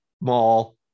mall